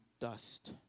dust